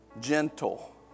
gentle